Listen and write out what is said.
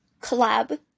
collab